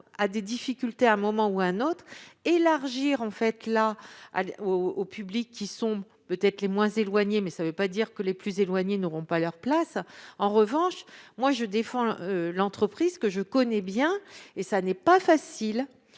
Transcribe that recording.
des difficultés à un moment ou un autre ; élargir le dispositif aux publics qui sont peut-être les moins éloignés ne veut pas dire que les plus éloignés n'auront pas leur place. En revanche, je défends l'entreprise, que je connais bien. Pour elle, il n'est pas facile